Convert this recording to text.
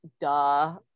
Duh